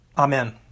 Amen